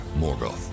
Morgoth